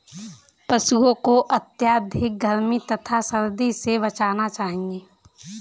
पशूओं को अत्यधिक गर्मी तथा सर्दी से बचाना चाहिए